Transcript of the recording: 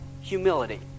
humility